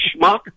schmuck